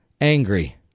angry